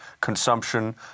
consumption